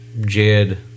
Jed